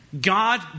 God